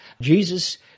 Jesus